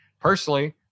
Personally